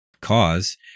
cause